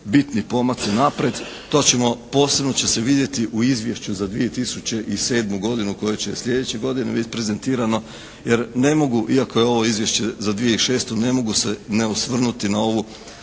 bitni pomaci naprijed. To ćemo, posebno će se vidjeti u izvješću za 2007. godinu koje će sljedeće godine biti prezentirano jer ne mogu iako je ovo izvješće za 2006. ne mogu se ne osvrnuti na